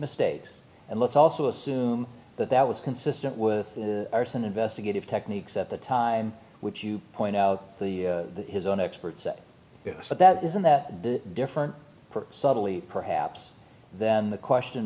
mistakes and let's also assume that that was consistent with arson investigative techniques at the time which you point out the his own experts but that isn't that different subtly perhaps than the question